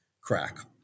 crack